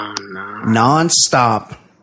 non-stop